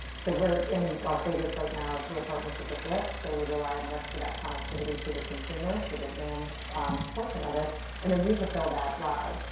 so we're in las vegas right now through a partnership with lyft. so we rely on lyft for that connectivity to the consumer for the demand portion of it and then we fulfill that ride.